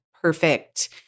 perfect